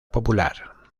popular